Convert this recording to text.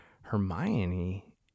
Hermione